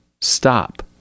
Stop